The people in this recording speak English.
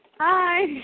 Hi